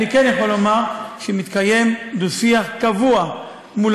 אני כן יכול לומר שמתקיים דו-שיח קבוע מול